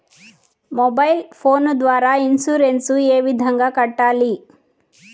mobile phone ద్వారా insurance ఏ విధంగా కట్టాలి